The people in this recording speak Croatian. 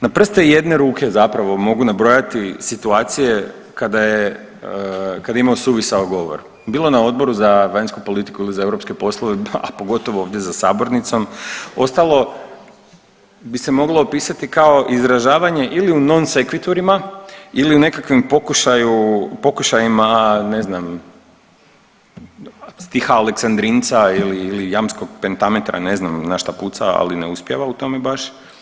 Na prste jedne ruke zapravo mogu nabrojati situacije kada je, kada je imao suvisao govor bilo na Odboru za vanjsku politiku ili za europske poslove, a pogotovo ovdje za sabornicom, ostalo bi se moglo opisati kao izražavanje ili u non sequiturima u nekakvim pokušaju, pokušajima ne znam stiha aleksandrinca ili, ili jamskog pentamentra ne zna šta puca, ali ne uspijeva u tome baš.